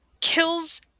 kills